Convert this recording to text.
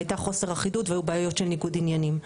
והייתה חוסר אחידות והיו בעיות של ניגוד עניינים.